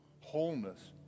wholeness